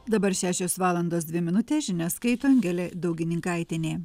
dabar šešios valandos dvi minutės žinias skaito angelė daugininkaitienė